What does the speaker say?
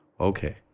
okay